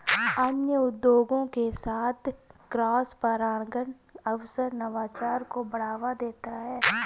अन्य उद्योगों के साथ क्रॉसपरागण अक्सर नवाचार को बढ़ावा देता है